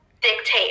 dictate